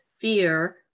fear